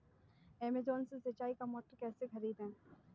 Amazon से सिंचाई का मोटर कैसे खरीदें?